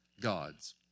gods